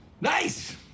Nice